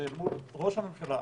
זה מול ראש הממשלה,